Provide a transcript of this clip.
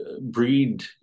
breed